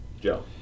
Joe